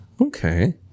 Okay